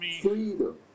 freedom